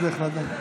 כנסת נכבדה",